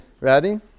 Ready